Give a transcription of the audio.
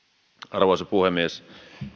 arvoisa puhemies